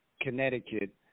Connecticut